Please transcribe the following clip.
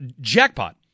Jackpot